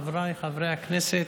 חבריי חברי הכנסת,